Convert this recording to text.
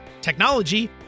technology